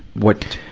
what,